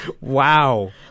Wow